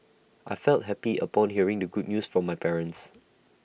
I felt happy upon hearing the good news from my parents